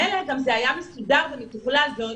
מילא אם זה היה מסודר והיו מציעים